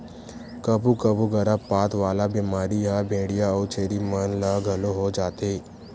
कभू कभू गरभपात वाला बेमारी ह भेंड़िया अउ छेरी मन ल घलो हो जाथे